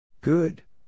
Good